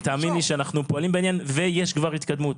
ותאמין לי שאנחנו פועלים בעניין ויש כבר התקדמות,